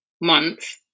month